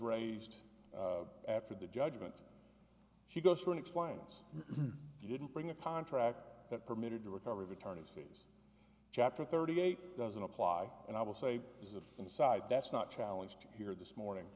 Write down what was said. raised after the judgment she goes through and explains you didn't bring a contract that permitted to recover of attorney's fees chapter thirty eight doesn't apply and i will say is a inside that's not challenged here this morning